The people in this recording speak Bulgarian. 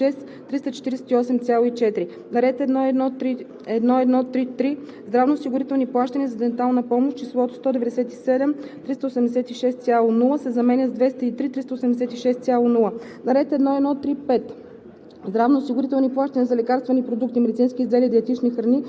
„266 710,9“ се заменя с „286 348,4“. - на ред 1.1.3.3. „Здравноосигурителни плащания за дентална помощ“ числото „197 386,0“ се заменя с „203 386,0“. - на ред 1.1.3.5.